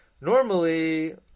Normally